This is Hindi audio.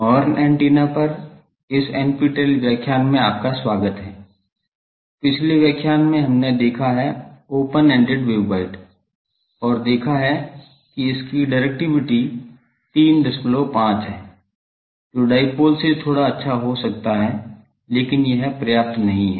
हमने पिछले व्याख्यान में देखा है ओपन एंडेड वेवगाइड और देखा है की इसकी डिरेक्टिविटी 35 हैं जो डाइपोल से थोड़ा अच्छा हो सकता है लेकिन यह पर्याप्त नहीं है